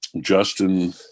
justin